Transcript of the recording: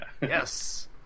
Yes